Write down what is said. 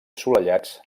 assolellats